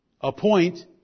appoint